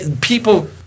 People